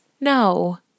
No